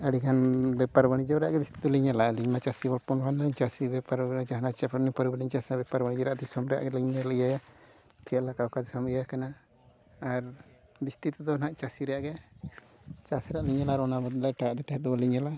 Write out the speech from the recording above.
ᱟᱹᱰᱤ ᱜᱟᱱ ᱵᱮᱯᱟᱨ ᱵᱟᱱᱤᱡᱡᱚ ᱨᱮᱭᱟᱜ ᱜᱮ ᱡᱟᱹᱥᱛᱤ ᱫᱚᱞᱤᱧ ᱧᱮᱞᱟ ᱟᱹᱞᱤᱧᱢᱟ ᱪᱟᱹᱥᱤ ᱦᱚᱯᱚᱱ ᱠᱟᱱᱟ ᱞᱤᱧ ᱪᱟᱹᱥᱤ ᱵᱮᱯᱟᱨ ᱡᱟᱦᱟᱱᱟᱜ ᱪᱮᱫ ᱯᱚᱨᱤᱢᱟᱱ ᱞᱤᱧ ᱪᱟᱥᱟ ᱵᱮᱯᱟᱨ ᱵᱟᱹᱱᱤᱡ ᱨᱮᱭᱟᱜ ᱫᱤᱥᱚᱢ ᱨᱮᱭᱟᱜ ᱜᱮᱞᱤᱧ ᱧᱧᱮᱞ ᱤᱭᱟᱹᱭᱟ ᱪᱮᱫ ᱞᱮᱠᱟ ᱚᱠᱟ ᱫᱤᱥᱚᱢ ᱤᱭᱟᱹ ᱟᱠᱟᱱᱟ ᱟᱨ ᱡᱟᱹᱥᱛᱤ ᱛᱮᱫᱚ ᱱᱟᱦᱟᱸᱜ ᱪᱟᱹᱥᱤ ᱨᱮᱭᱟᱜ ᱜᱮ ᱪᱟᱥ ᱨᱮᱭᱟᱜ ᱞᱤᱧ ᱧᱮᱞᱟ ᱟᱨ ᱚᱱᱟ ᱵᱟᱫᱟᱞ ᱛᱮᱫᱚ ᱮᱴᱟᱜᱼᱟ ᱫᱚ ᱵᱟᱹᱞᱤᱧ ᱧᱮᱞᱟ